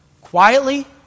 quietly